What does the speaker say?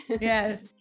Yes